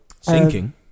Sinking